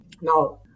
Now